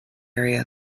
area